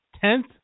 Tenth